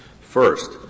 First